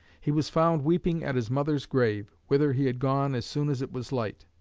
he was found weeping at his mother's grave, whither he had gone as soon as it was light.